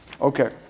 Okay